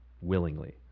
willingly